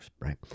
right